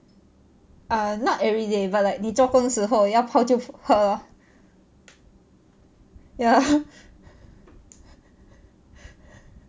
err not every day but like 你做工时候要泡就喝 ya